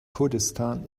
kurdistan